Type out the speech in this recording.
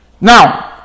now